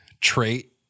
trait